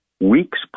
weeks